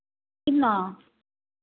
ഇന്നോ